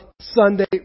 Sunday